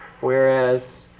Whereas